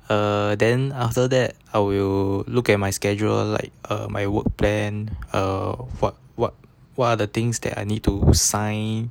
err then after that I will look at my schedule like uh my work plan or what what what other things that I need to sign